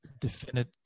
definite